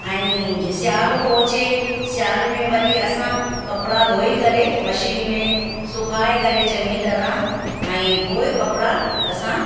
ऐं जे सिआरो थो अचे सिआरे में वरी असां कपिड़ा धोई करे मशीन में सुकाए करे चङी तरह ऐं पोइ कपिड़ा असां